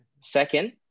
second